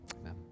Amen